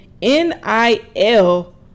NIL